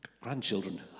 grandchildren